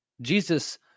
Jesus